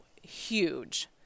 huge